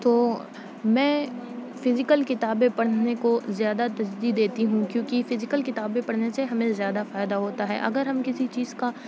تو میں فزیکل کتابیں پڑھنے کو زیادہ ترجیح دیتی ہوں کیوں کہ فزیکل کتابیں پڑھنے سے ہمیں زیادہ فائدہ ہوتا ہے اگر ہم کسی چیز کا